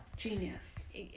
genius